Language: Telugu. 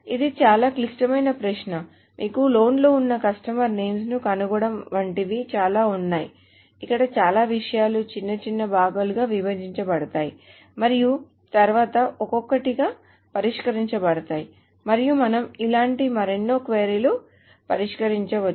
ఇది చాలా క్లిష్టమైన ప్రశ్న మీకు లోన్ లు ఉన్న కస్టమర్ నేమ్స్ ను కనుగొనడం వంటివి చాలా ఉన్నాయి ఇక్కడ చాలా విషయాలు చిన్న చిన్న భాగాలుగా విభజించబడతాయి మరియు తరువాత ఒక్కొక్కటిగా పరిష్కరించబడతాయి మరియు మనం ఇలాంటి మరెన్నో క్వరీ లు పరిష్కరించవచ్చు